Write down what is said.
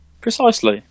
Precisely